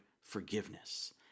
forgiveness